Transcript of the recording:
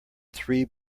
three